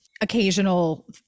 occasional